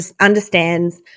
understands